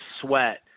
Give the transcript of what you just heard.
sweat